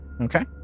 Okay